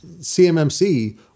CMMC